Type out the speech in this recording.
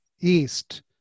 east